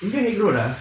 near grave road ah